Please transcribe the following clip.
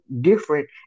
different